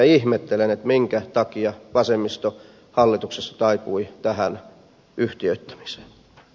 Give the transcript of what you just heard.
ihmettelen minkä takia vasemmisto hallituksessa taipui tähän yhtiöittämiseen